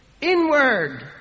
Inward